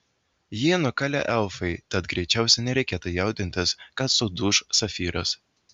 jį nukalė elfai tad greičiausiai nereikėtų jaudintis kad suduš safyras